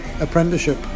Apprenticeship